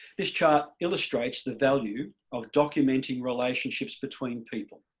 this chart illustrates the value of documenting relationships between people,